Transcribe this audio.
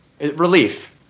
Relief